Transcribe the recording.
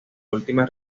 última